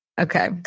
Okay